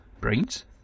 Brains